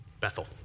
Bethel